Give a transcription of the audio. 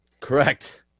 correct